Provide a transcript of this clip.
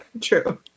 True